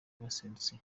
baserutse